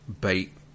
bait